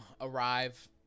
arrive